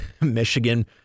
Michigan